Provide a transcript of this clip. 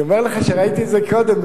אני אומר לך שאני ראיתי את זה קודם.